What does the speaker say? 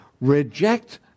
reject